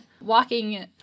walking